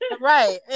Right